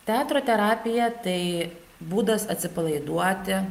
teatro terapija tai būdas atsipalaiduoti